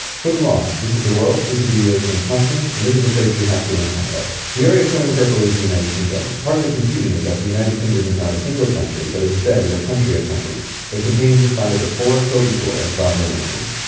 for the lost this is the world, this is the european continent, and this is the place we have to untangle. the area shown in purple is the united kingdom. part of the confusion is that the united kingdom is not a single country, but is instead is a country of countries. it contains, inside of it four, co-equal, and sovereign nations.